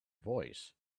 voice